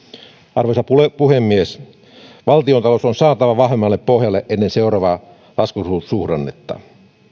arvoisa puhemies valtiontalous on saatava vahvemmalle pohjalle ennen seuraavaa laskusuhdannetta